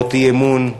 להצעות אי-אמון,